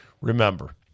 Remember